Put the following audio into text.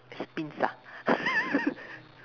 sphinx ah